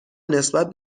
نسبت